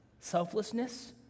Selflessness